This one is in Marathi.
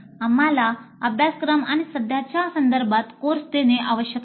आम्हाला अभ्यासक्रम आणि सध्याच्या संदर्भात कोर्स देणे आवश्यक आहे